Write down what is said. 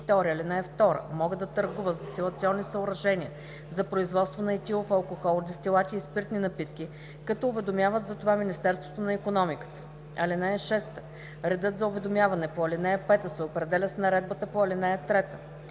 ал. 2, могат да търгуват с дестилационни съоръжения за производство на етилов алкохол, дестилати и спиртни напитки, като уведомяват за това Министерството на икономиката. (6) Редът за уведомяване по ал. 5 се определя с наредбата по ал. 3.